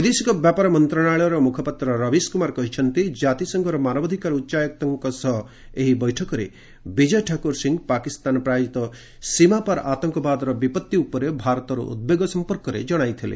ବୈଦେଶିକ ବ୍ୟାପାର ମନ୍ତ୍ରଣାଳୟର ମୁଖପାତ୍ର ରବୀଶ୍ କୁମାର କହିଛନ୍ତି ଜାତିସଂଘର ମାନବାଧିକାର ଉଚ୍ଚାୟୁକ୍ତଙ୍କ ସହ ଏହି ବୈଠକରେ ବିଜୟ ଠାକୁର ସିଂ ପାକିସ୍ତାନ ପ୍ରାୟୋଜିତ ସୀମାପାର୍ ଆତଙ୍କବାଦର ବିପତ୍ତି ଉପରେ ଭାରତର ଉଦ୍ବେଗ ସମ୍ପର୍କରେ ଜଣାଇଥିଲେ